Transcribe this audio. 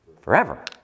Forever